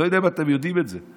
אני לא יודע אם אתם יודעים את זה,